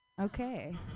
Okay